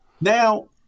Now